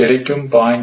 கிடைக்கும் 0